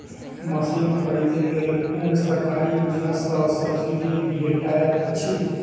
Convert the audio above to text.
Machine खरीदे लेल कुन सरकारी योजना सऽ सब्सिडी भेटैत अछि?